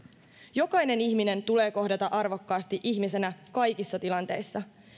jokainen ihminen tulee kohdata arvokkaasti ihmisenä kaikissa tilanteissa